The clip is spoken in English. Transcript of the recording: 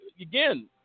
again